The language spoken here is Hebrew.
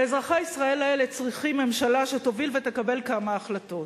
ואזרחי ישראל האלה צריכים ממשלה שתוביל ותקבל כמה החלטות: